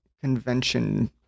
convention